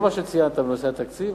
לא בגלל מה שציינת בנושא התקציב.